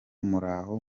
muraho